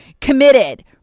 committed